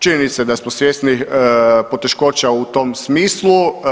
Činjenica da smo svjesni poteškoća u tom smislu.